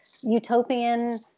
utopian